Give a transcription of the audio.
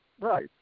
Right